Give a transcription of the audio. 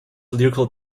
lyrical